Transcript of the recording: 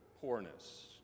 poorness